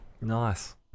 Nice